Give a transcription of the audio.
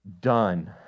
done